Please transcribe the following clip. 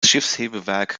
schiffshebewerk